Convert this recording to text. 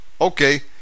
Okay